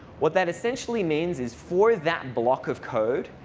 what that essentially means is for that block of code,